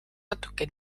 natuke